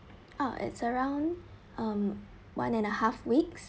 ah at around one and a half weeks